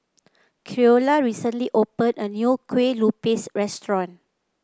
Creola recently opened a new Kueh Lupis Restaurant